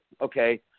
okay